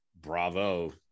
bravo